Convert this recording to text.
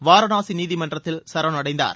வாரணாசி நீதிமன்றத்தில் சரணடைந்தார்